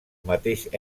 mateix